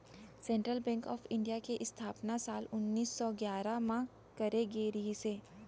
central bank of India के इस्थापना साल उन्नीस सौ गियारह म करे गे रिहिस हे